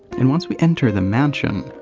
and once we enter the mansion,